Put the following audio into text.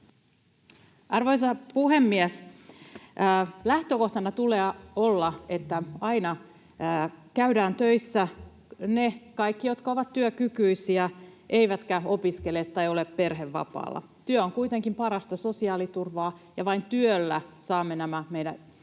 Arvoisa puhemies! Lähtökohtana tulee olla, että aina käydään töissä — ne kaikki, jotka ovat työkykyisiä eivätkä opiskele tai ole perhevapaalla. Työ on kuitenkin parasta sosiaaliturvaa, ja vain työllä saamme nämä meidän